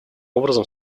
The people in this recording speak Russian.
образом